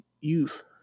youth